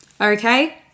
Okay